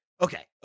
Okay